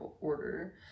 order